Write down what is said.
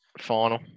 final